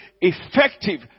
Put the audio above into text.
effective